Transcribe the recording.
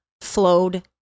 flowed